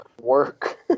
Work